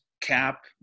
cap